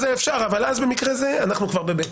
אז אפשר אבל אז במקרה הזה אנחנו כבר ב-(ב).